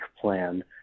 plan